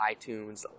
iTunes